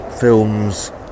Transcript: films